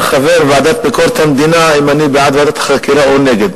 חבר ועדת ביקורת המדינה אם אני בעד ועדת חקירה או נגד.